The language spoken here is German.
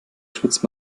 schwitzt